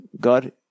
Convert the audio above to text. God